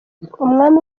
umwami